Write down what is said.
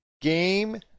game